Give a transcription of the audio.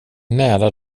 nära